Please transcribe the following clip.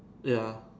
ya